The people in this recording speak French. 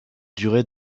durée